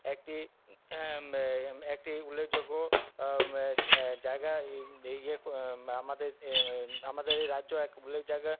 একটি একটি উল্লেখযোগ্য জায়গায় ইয়ে আমাদের আমাদের এই রাজ্য এক উল্লেখ জায়গায়